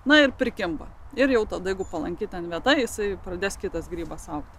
na ir prikimba ir jau tada jeigu palanki ten vieta jisai pradės kitas grybas augti